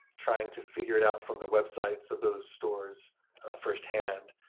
trying to figure it out from the websites of those stores firsthand.